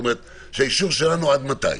שהאישור שלנו, עד מתי.